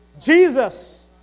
Jesus